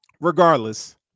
regardless